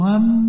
One